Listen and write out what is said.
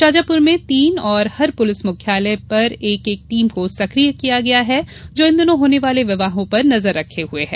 शाजापुर में तीन और हर पुलिस मुख्यालय पर एक टीम को सकिय किया गया है जो इन दिनों होने वाले विवाहों पर नजर रखे हुए है